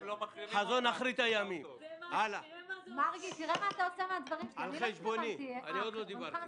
הרבה תהליכים, שהיה נראה שייקחו הרבה זמן,